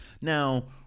Now